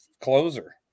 closer